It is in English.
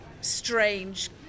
strange